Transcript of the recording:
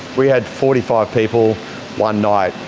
we had forty five people one night.